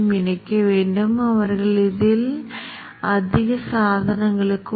மற்றும் இந்த வழக்கில் DC உள்ளீடுகள் மற்றும் நிலை மாறிகள் IL மற்றும் Vc ஆகும்